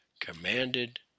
commanded